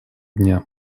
дня